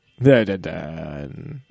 Da-da-da